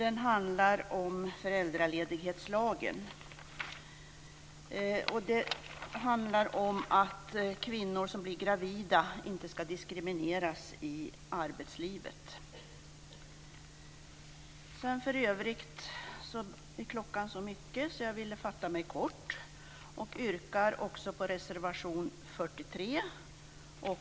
Den handlar om föräldraledighetslagen och att kvinnor som blir gravida inte ska diskrimineras i arbetslivet. För övrigt är klockan så mycket att jag vill fatta mig kort. Jag yrkar bifall till reservationerna 43 och